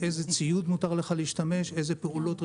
או כל מקצוע שיש בו לימודי תעודה,